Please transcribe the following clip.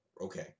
okay